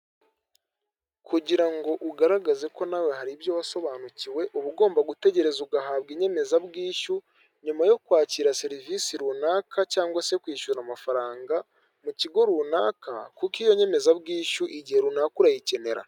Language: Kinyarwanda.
Kugira ngo ugaragaze ko nawe hari ibyo wasobanukiwe, uba ugomba gutegereza ugahabwa inyemezabwishyu, nyuma yo kwakira serivisi runaka cyangwa se kwishyura amafaranga mu kigo runaka, kuko iyo nyemezabwishyu igihe runaka urayikenera.